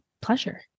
pleasure